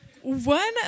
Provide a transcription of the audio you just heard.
One